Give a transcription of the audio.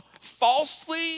falsely